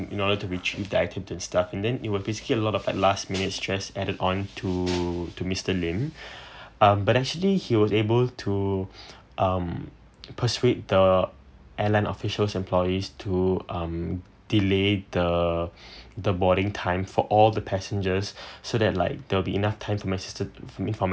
in order to be and stuff and then it will be scale lot of at last minute stress added on to to mister lim um but actually he was able to um persuade the airline officials employees to um delay the the boarding time for all the passengers so that like there'll be enough time for my sister for me for my